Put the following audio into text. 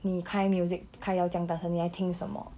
你开 music 开到这样大声你在听什么